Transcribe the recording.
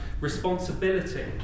responsibility